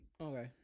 Okay